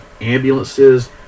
ambulances